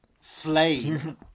flame